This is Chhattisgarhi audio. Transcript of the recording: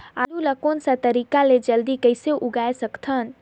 आलू ला कोन सा तरीका ले जल्दी कइसे उगाय सकथन?